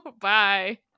Bye